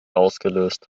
ausgelöst